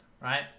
right